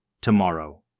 Tomorrow